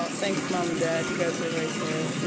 ah thanks mom and dad, you guys are right there.